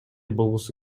болгусу